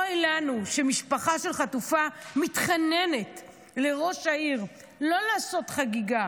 אוי לנו שמשפחה של חטופה מתחננת לראש העיר לא לעשות חגיגה